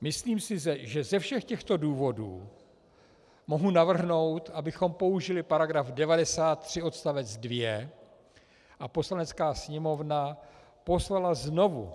Myslím si, že ze všech těchto důvodů mohu navrhnout, abychom použili § 93 odst. 2 a Poslanecká sněmovna poslala znovu